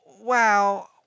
wow